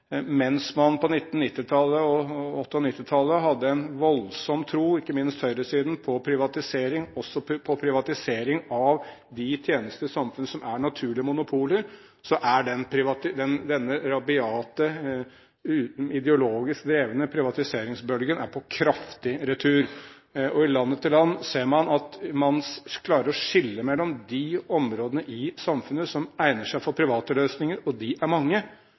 Mens man på 1980- og 1990-tallet hadde en voldsom tro, ikke minst på høyresiden, på privatisering – også på privatisering av de tjenester i samfunnet som er naturlige monopoler – så er denne rabiate, ideologisk drevne privatiseringsbølgen på kraftig retur. I land etter land ser man at man klarer å skille mellom de områdene i samfunnet som egner seg for private løsninger – og de er mange